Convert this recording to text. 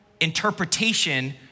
interpretation